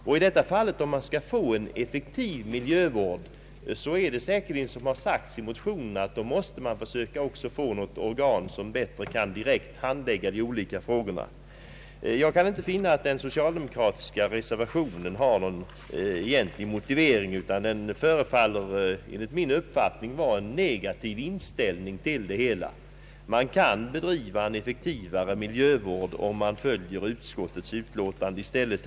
Om det skall vara möjligt att få en effektiv miljövård måste man, såsom också framhålls i motionerna, försöka få till stånd ett organ som direkt kan handlägga de olika frågorna. Jag kan inte finna att den socialdemokratiska reservationen har någon egentlig motivering. Den förefaller såvitt jag kan se innefatta en negativ inställning till denna viktiga fråga. Det blir möjligt att bedriva en effektivare miljövård, om de riktlinjer som dragits upp i utskottets utlåtande blir gällande.